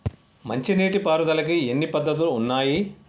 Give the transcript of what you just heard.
మంచి నీటి పారుదలకి ఎన్ని పద్దతులు ఉన్నాయి?